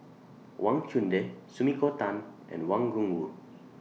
Wang Chunde Sumiko Tan and Wang Gungwu